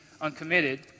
uncommitted